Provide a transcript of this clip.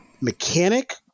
mechanic